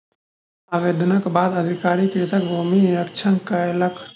आवेदनक बाद अधिकारी कृषकक भूमि निरिक्षण कयलक